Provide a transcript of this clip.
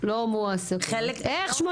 לא מועסקות אז איך?